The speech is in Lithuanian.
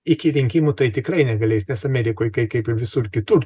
iki rinkimų tai tikrai negalės nes amerikoj kai kaip ir visur kitur